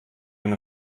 den